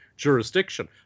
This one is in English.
Jurisdiction